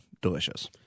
Delicious